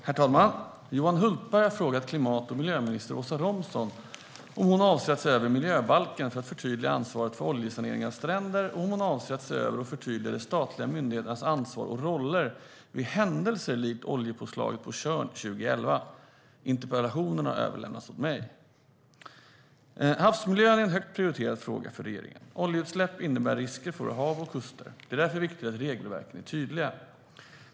Herr talman! Johan Hultberg har frågat klimat och miljöminister Åsa Romson om hon avser att se över miljöbalken för att förtydliga ansvaret för oljesanering av stränder och om hon avser att se över och förtydliga de statliga myndigheternas ansvar och roller vid händelser likt oljepåslaget på Tjörn 2011. Interpellationen har överlämnats till mig. Havsmiljön är en högt prioriterad fråga för regeringen. Oljeutsläpp innebär risker för våra hav och kuster. Det är därför viktigt att regelverken är tydliga.